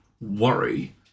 worry